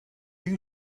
you